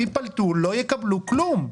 ייפלטו והן לא יקבלו כלום.